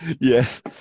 yes